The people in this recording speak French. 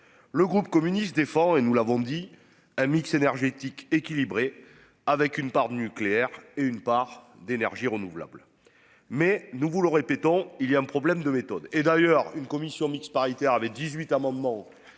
Le groupe communiste défend et nous l'avons dit un mix énergétique équilibré avec une part de nucléaire et une part d'énergie renouvelable. Mais nous voulons répétons il y a un problème de méthode et d'ailleurs une commission mixte paritaire avait 18 amendement